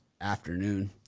afternoon